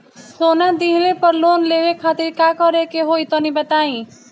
सोना दिहले पर लोन लेवे खातिर का करे क होई तनि बताई?